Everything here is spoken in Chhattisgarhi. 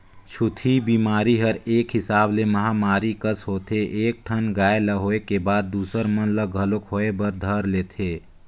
छूतही बेमारी हर एक हिसाब ले महामारी कस होथे एक ठन गाय ल होय के बाद दूसर मन ल घलोक होय बर धर लेथे